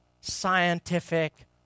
scientific